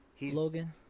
Logan